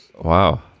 Wow